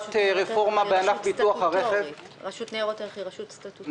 רשות ניירות ערך היא רשות סטטוטורית,